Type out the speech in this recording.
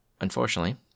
Unfortunately